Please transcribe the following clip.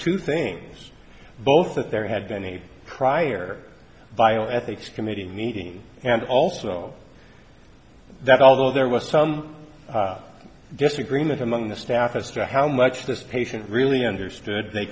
two things both that there had been a prior bioethics committee meeting and also that although there was some disagreement among the staff as to how much this patient really understood they